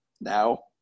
now